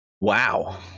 Wow